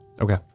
Okay